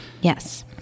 yes